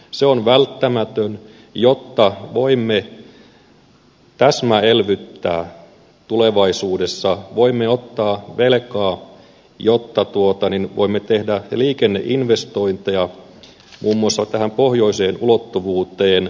se on välttämätön jotta voimme täsmäelvyttää tulevaisuudessa voimme ottaa velkaa jotta voimme tehdä liikenneinvestointeja muun muassa tähän pohjoiseen ulottuvuuteen